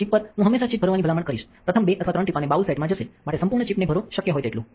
chip પર હું હંમેશા ચિપ ભરવાની ભલામણ કરીશ પ્રથમ 2 અથવા 3 ટીપાંને બાઉલ સેટ માં જશે માટે સંપૂર્ણ ચિપ ને ભરો શક્ય હોય તેટલું